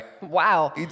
Wow